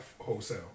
wholesale